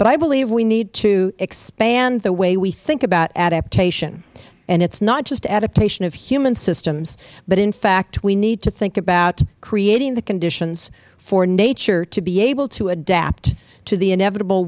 but i believe we need to expand the way we think about adaptation and it is not just adaptation of human systems but in fact we need to think about creating the conditions for nature to be able to adapt to the inevitable